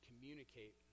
communicate